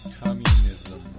communism